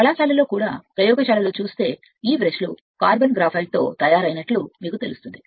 కళాశాలలో కూడా ప్రయోగశాలలో ఈ బ్రష్లు మీతో తయారైనట్లు చూస్తే అది కార్బన్ గ్రాఫైట్ బ్రష్లు అని తెలుస్తుంది